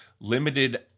limited